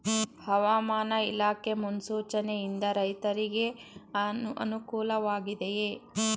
ಹವಾಮಾನ ಇಲಾಖೆ ಮುನ್ಸೂಚನೆ ಯಿಂದ ರೈತರಿಗೆ ಅನುಕೂಲ ವಾಗಿದೆಯೇ?